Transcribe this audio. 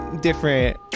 different